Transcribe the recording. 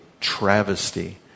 travesty